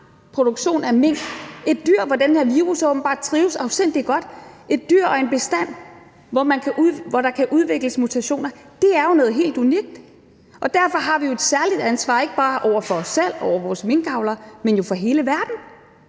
produktion af mink – et dyr, hvor den her virus åbenbart trives afsindig godt, et dyr og en bestand, hvor der kan udvikles mutationer. Det er jo noget helt unikt. Derfor har vi et særligt ansvar ikke bare over for os selv og over for vores minkavlere, men jo over for hele verden.